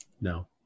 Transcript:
No